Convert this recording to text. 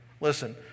Listen